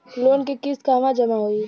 Loan के किस्त कहवा जामा होयी?